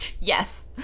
yes